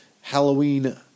Halloween